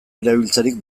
erabiltzerik